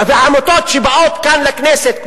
עמותות שבאות כאן לכנסת,